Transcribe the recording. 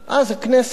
אז הכנסת